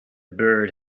bird